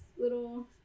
little